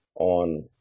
on